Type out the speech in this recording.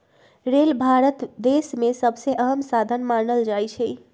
rail Bharat देश में सबसे अहम साधन मानल जाई छई